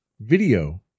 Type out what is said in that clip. video